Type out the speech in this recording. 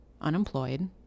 unemployed